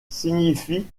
signifie